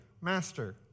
Master